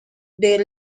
their